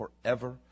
forever